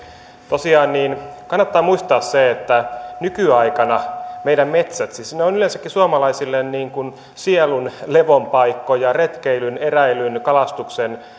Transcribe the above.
tosiaan kannattaa muistaa se että nykyaikana meidän metsät ovat yleensäkin suomalaisille sielun levon paikkoja retkeilyn eräilyn kalastuksen